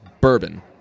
bourbon